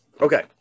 okay